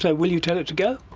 so will you tell it to go?